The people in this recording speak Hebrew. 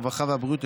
הרווחה והבריאות,